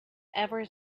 ever